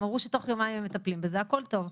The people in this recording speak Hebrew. הם אמרו שתוך יומיים הם מטפלים בזה והכל טוב.